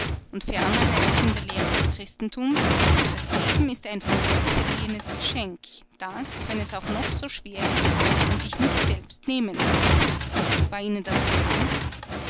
und ferner heißt es in der lehre des christentums das leben ist ein von gott verliehenes geschenk das wenn es auch noch so schwer ist man sich nicht selbst nehmen darf war ihnen das bekannt